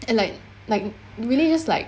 and like like really just like